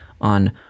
on